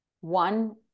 one